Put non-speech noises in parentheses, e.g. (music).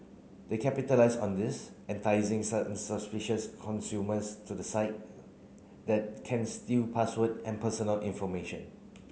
they capitalise on this enticing (unintelligible) consumers to the site that can steal password and personal information